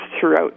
throughout